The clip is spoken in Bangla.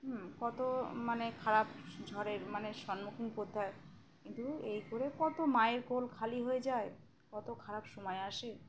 হুম কত মানে খারাপ ঝড়ের মানে সম্মুখীন করতে হয় কিন্তু এই করে কত মায়ের কোল খালি হয়ে যায় কত খারাপ সময় আসে